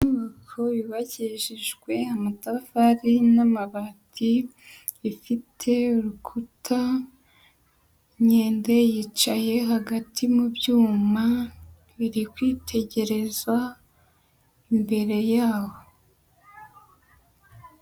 Inyubako yubakishijwe amatafari n'amabati, ifite urukuta, inkende yicaye hagati mu byuma, biri kwitegereza imbere yaho.